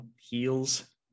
Heals